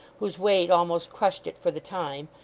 whose weight almost crushed it for the time,